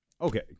Okay